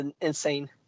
insane